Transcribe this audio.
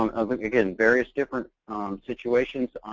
um again, various different situations.